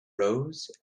rose